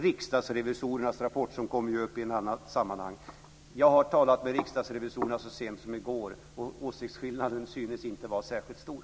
Riksdagsrevisorernas rapport kommer upp i ett annat sammanhang, men jag har talat med riksdagsrevisorerna så sent som i går. Åsiktsskillnaden synes inte vara särskilt stor.